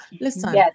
Listen